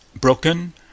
broken